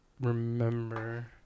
remember